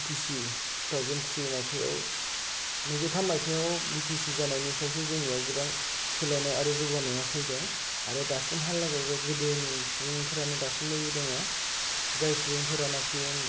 बि T C two thousand three मायथाइयाव नैरोजा थाम मायथाइयाव बि टि सि जानायनिफ्रायसो जोंनियाव गोबां सोलायनाय आरो जौगानाया फैदों आरो दासिमहा लागैनो गोदोनि सुबुंफोरानो दासिमबो दङ' जाय सुबुंफोरानाखि